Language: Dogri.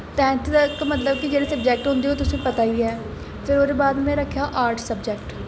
टैन्थ तक जेह्ड़े सबजैक्ट होंदे हे ओह् तुसेंगी पता गै ऐ ते ओह्दे बाद में रक्खेआ आर्टस सबजैक्ट